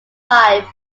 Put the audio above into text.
five